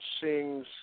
sings